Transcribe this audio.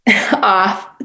off